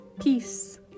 Peace